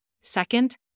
Second